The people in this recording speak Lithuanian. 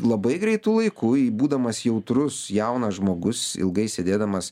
labai greitu laiku būdamas jautrus jaunas žmogus ilgai sėdėdamas